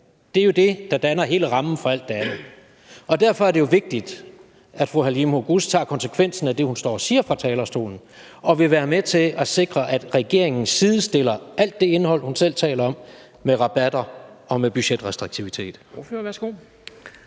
Det er jo det, der danner hele rammen for alt det andet. Derfor er det jo vigtigt, at fru Halime Oguz tager konsekvensen af det, hun står og siger fra talerstolen, og vil være med til at sikre, at regeringen sidestiller alt det indhold, hun selv taler om, med rabatter og med budgetrestriktivitet.